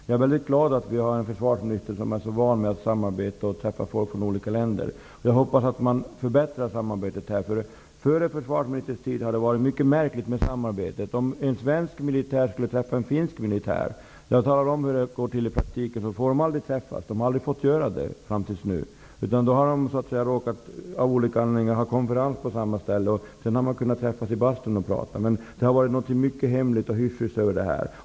Jag är mycket glad över att vi har en försvarsminister som är så van att samarbeta och träffa folk från olika länder. Jag hoppas att man förbättrar samarbetet. Före försvarsministerns tid har det skett ett mycket märkligt samarbete. Jag kan tala om hur det gick till i praktiken om en svensk militär skulle träffa en finsk militär. De har fram tills nu inte fått träffas. De har av olika anledningar så att säga råkat ha konferens på samma ställe. I samband med det har de kunnat träffas i bastun och prata. Det har varit mycket hemlighetsmakeri och hysch-hysch över det här.